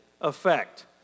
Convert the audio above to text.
effect